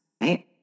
right